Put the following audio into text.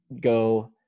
go